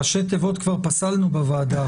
ראשי תיבות כבר פסלנו בוועדה,